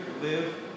live